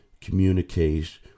communicate